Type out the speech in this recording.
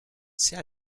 zer